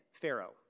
Pharaoh